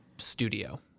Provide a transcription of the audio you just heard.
studio